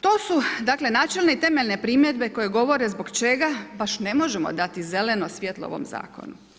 To su dakle, načelne i temeljne primjedbe koje govore zbog čega baš ne možemo dati zeleno svjetlo ovom zakonu.